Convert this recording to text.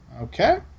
Okay